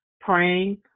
praying